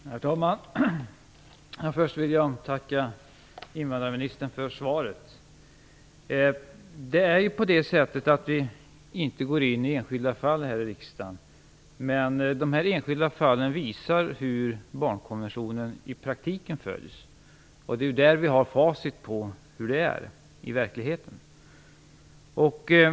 Herr talman! Först vill jag tacka invandrarministern för svaret. Vi i riksdagen går ju inte in i enskilda fall, men det är de enskilda fallen som visar hur barnkonventionen följs i praktiken. Det är där vi har facit på hur det är i verkligheten.